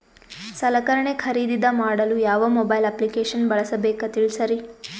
ಸಲಕರಣೆ ಖರದಿದ ಮಾಡಲು ಯಾವ ಮೊಬೈಲ್ ಅಪ್ಲಿಕೇಶನ್ ಬಳಸಬೇಕ ತಿಲ್ಸರಿ?